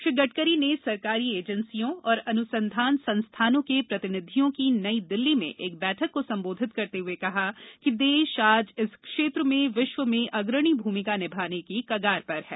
श्री गडकरी ने सरकारी एजेंसियों और अनुसंधान संस्थानों के प्रतिनिधियों की नई दिल्ली में एक बैठक को संबोधित करते हुए कहा कि देश आज इस क्षेत्र में विश्व में अग्रणी भूमिका निभाने की कगार पर है